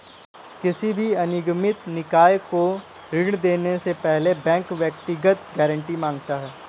किसी भी अनिगमित निकाय को ऋण देने से पहले बैंक व्यक्तिगत गारंटी माँगता है